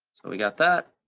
we got that,